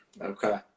Okay